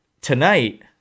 tonight